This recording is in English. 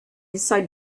inside